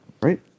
Right